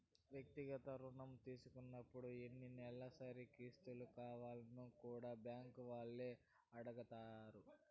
వ్యక్తిగత రుణం తీసుకున్నపుడు ఎన్ని నెలసరి కిస్తులు కావాల్నో కూడా బ్యాంకీ వాల్లే అడగతారు